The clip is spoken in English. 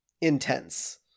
Intense